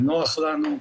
זה נוח לנו.